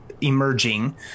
emerging